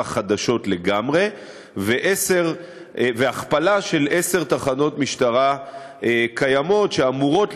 חדשות לגמרי והכפלה של עשר תחנות משטרה קיימות שאמורות,